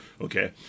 Okay